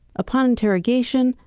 upon interrogation,